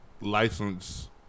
license